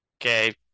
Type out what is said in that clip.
Okay